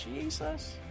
Jesus